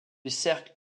cercle